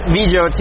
video